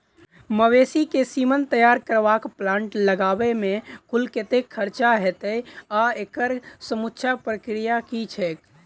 मवेसी केँ सीमन तैयार करबाक प्लांट लगाबै मे कुल कतेक खर्चा हएत आ एकड़ समूचा प्रक्रिया की छैक?